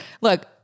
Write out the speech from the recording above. Look